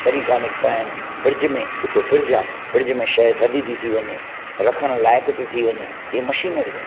तरीक़ा निकिता आहिनि फ्रिज में ॾिसो फ्रिज आहे फ्रिज में शइ थदी थी वञे रखण लायक थी थी वञे इहे मशीनरियूं आहिनि